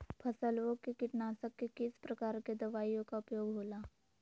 फसलों के कीटनाशक के किस प्रकार के दवाइयों का उपयोग हो ला?